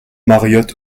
mariott